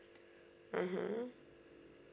mmhmm